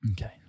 Okay